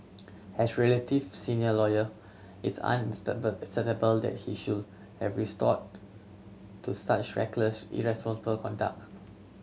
as relative senior lawyer it's that he should have resorted to such reckless irresponsible conduct